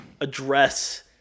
address